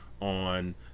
on